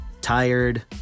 Tired